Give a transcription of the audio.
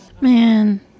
Man